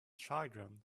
children